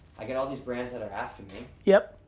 i got all these brands that are after me. yep.